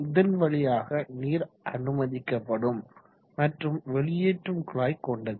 இதன் வழியாக நீர் அனுமதிக்கப்படும் மற்றும் வெளியேற்றும் குழாய் கொண்டது